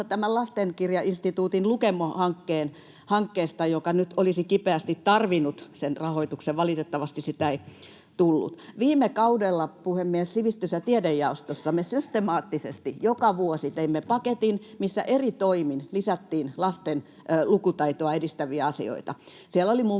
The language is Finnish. tämän Lastenkirjainstituutin Lukemo-hankkeesta, joka nyt olisi kipeästi tarvinnut sen rahoituksen. Valitettavasti sitä ei tullut. Viime kaudella, puhemies, sivistys- ja tiedejaostossa me systemaattisesti joka vuosi teimme paketin, missä eri toimin lisättiin lasten lukutaitoa edistäviä asioita. Siellä oli muun